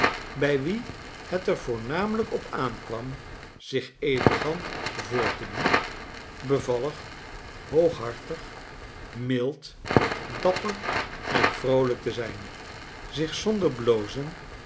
bij wie het er voornamelijk op aan kwam zich elegant voor te doen bevallig hooghartig mild dapper en vroolijk te zijn zich zonder blozen